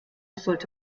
sollte